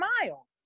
smile